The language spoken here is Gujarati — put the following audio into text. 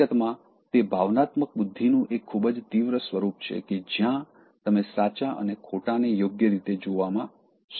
હકીકતમાં તે ભાવનાત્મક બુદ્ધિનું એક ખૂબ જ તીવ્ર સ્વરૂપ છે કે જ્યાં તમે સાચા અને ખોટાને યોગ્ય રીતે જોવામાં સક્ષમ છો